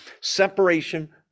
separation